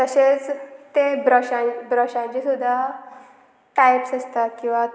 तशेंच ते ब्रशां ब्रशांचे सुद्दां टायप्स आसता किंवां